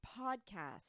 podcast